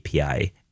API